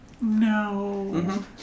No